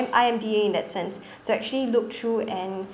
I_M_D_A in that sense to actually look through and